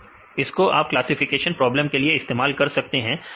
अब इसको हम क्लासिफिकेशन प्रॉब्लम के लिए इस्तेमाल कर सकते हैं